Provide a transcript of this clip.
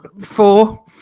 Four